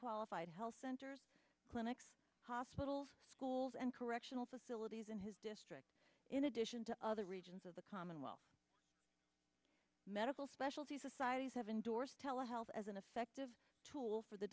qualified health centers clinics hospitals schools and correctional facilities in his district in addition to other regions of the commonwealth medical specialty societies have endorsed tele health as an effective tool for the